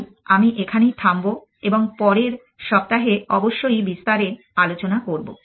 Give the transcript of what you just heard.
তাই আমি এখানেই থামব এবং পরের সপ্তাহে অবশ্যই বিস্তারে আলোচনা করব